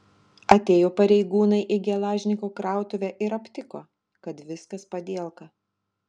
atėjo pareigūnai į gelažniko krautuvę ir aptiko kad viskas padielka